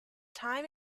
time